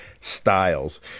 styles